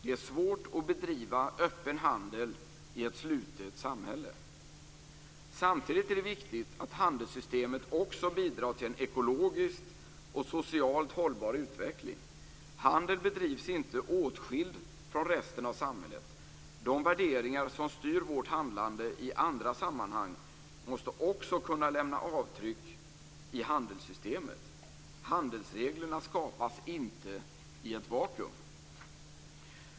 Det är svårt att bedriva öppen handel i ett slutet samhälle. Samtidigt är det viktigt att handelssystemet också bidrar till en ekologiskt och socialt hållbar utveckling. Handel bedrivs inte åtskild från resten av samhället. De värderingar som styr vårt handlande i andra sammanhang måste också kunna lämna avtryck i handelssystemet. Handelsreglerna skapas inte i ett vakuum.